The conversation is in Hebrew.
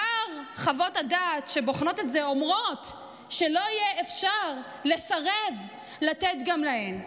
חוות הדעת שבוחנות את זה כבר אומרות שלא יהיה אפשר לסרב לתת גם להם.